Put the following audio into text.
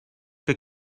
que